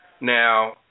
Now